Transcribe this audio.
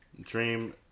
Dream